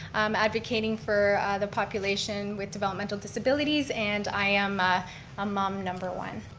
i'm advocating for the population with developmental disabilities, and i am a mom, number one.